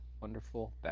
wonderful